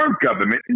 government